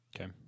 Okay